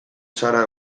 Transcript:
zara